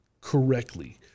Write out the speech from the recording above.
correctly